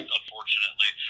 unfortunately